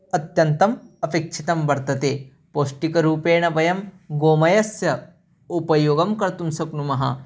अत्यन्तम् अपेक्षितं वर्तते पौष्टिकरूपेण वयं गोमयस्य उपयोगं कर्तुं शक्नुमः